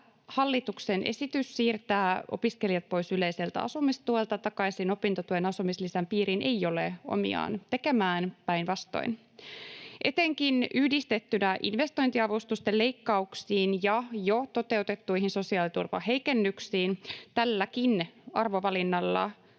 hallituksen esitys siirtää opiskelijat pois yleiseltä asumistuelta takaisin opintotuen asumislisän piiriin ei ole omiaan tekemään, päinvastoin. Etenkin yhdistettynä investointiavustusten leikkauksiin ja jo toteutettuihin sosiaaliturvaheikennyksiin tälläkin arvovalinnalla